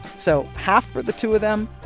so, half for the two of them,